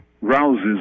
rouses